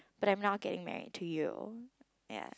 but I'm now getting married to you ya